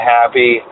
happy